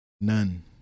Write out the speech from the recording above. none